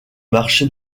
marché